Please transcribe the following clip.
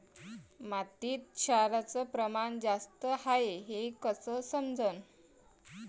मातीत क्षाराचं प्रमान जास्त हाये हे कस समजन?